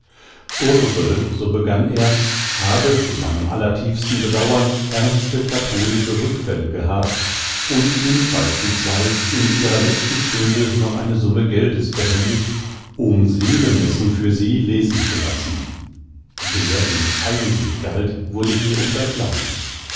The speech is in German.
ursel so begann er habe zu seinem allertiefsten bedauern ernste katholische rückfälle gehabt und ihm beispielsweis in ihrer letzten stunde noch eine summe geldes behändigt um seelenmessen für sie lesen zu lassen der dem es eigentlich galt wurde hier unterschlagen